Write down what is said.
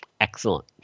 Excellent